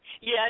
Yes